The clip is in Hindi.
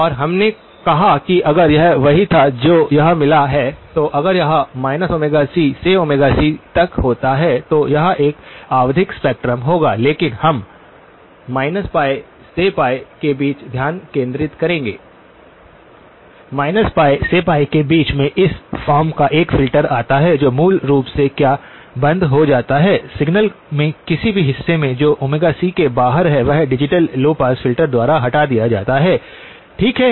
और हमने कहा कि अगर यह वही था जो यह मिला है तो अगर यह c से c तक होता है तो यह एक आवधिक स्पेक्ट्रम होगा लेकिन हम π से π के बीच ध्यान केंद्रित करेंगे π से π के बीच में इस फॉर्म का एक फिल्टर आता है तो मूल रूप से क्या बंद हो जाता है सिग्नल के किसी भी हिस्से में जो c के बाहर है वह डिजिटल लो पास फ़िल्टर द्वारा हटा दिया जाता है ठीक है